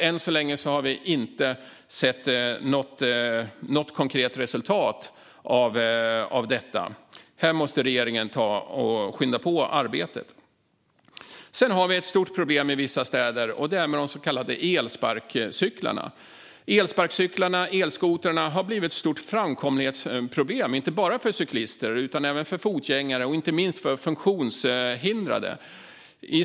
Än så länge har vi inte sett något konkret resultat av detta. Regeringen måste skynda på det arbetet. I vissa städer har vi ett stort problem med de så kallade elsparkcyklarna. Elsparkcyklarna, eller elskotrarna, har blivit ett stort framkomlighetsproblem inte bara för cyklister utan även för fotgängare, och inte minst för funktionshindrade.